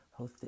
hosted